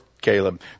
Caleb